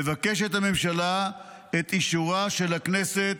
מבקשת הממשלה את אישורה של הכנסת